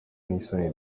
n’isoni